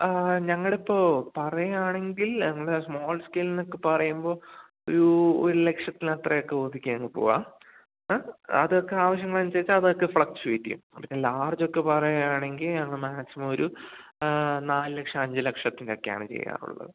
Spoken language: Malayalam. ഞങ്ങളിപ്പോള് പറയുകയാണെങ്കിൽ നമ്മുടെ സ്മോൾ സ്കെയിലെന്നൊക്കെ പറയുമ്പോള് ഒരു ഒരു ലക്ഷത്തിന് അത്രയൊക്കെ ഒതുക്കിയങ്ങ് പോകാം അതൊക്കെ ആവശ്യങ്ങളനുസരിച്ച് അതൊക്കെ ഫ്ളക്ച്ചുവെറ്റ് ചെയ്യും പിന്നെ ലാർജൊക്കെ പറയുകയാണെങ്കില് ഞങ്ങള് മാക്സിമം ഒരു നാല് ലക്ഷം അഞ്ച് ലക്ഷത്തിൻറ്റെയൊക്കെയാണ് ചെയ്യാറുള്ളത്